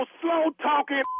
slow-talking